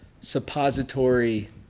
suppository